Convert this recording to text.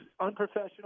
unprofessional